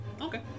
Okay